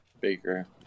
Baker